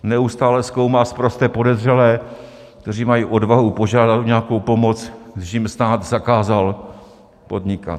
Neustále zkoumá sprosté podezřelé, kteří mají odvahu požádat o nějakou pomoc, když jim stát zakázal podnikat.